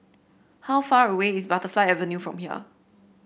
how far away is Butterfly Avenue from here